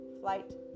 Flight